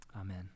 Amen